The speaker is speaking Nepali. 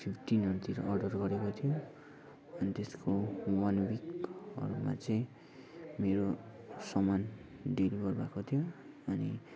फिफ्टिनहरूतिर अर्डर गरेको थियो अनि त्यसको वान विकहरूमा चाहिँ मेरो समान डेलिभर भएको थियो अनि